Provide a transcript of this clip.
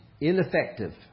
ineffective